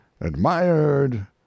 admired